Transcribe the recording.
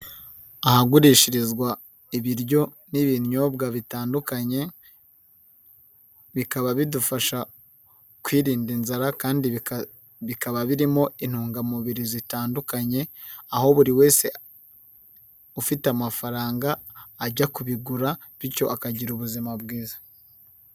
Ahagurishirizwa ibiryo n'ibinyobwa bitandukanye, bikaba bidufasha kwirinda inzara kandi bikaba birimo intungamubiri zitandukanye, aho buri wese ufite amafaranga ajya kubigura, bityo akagira ubuzima bwiza.